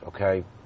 okay